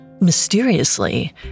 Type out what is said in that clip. Mysteriously